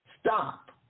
stop